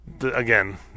again